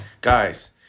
Guys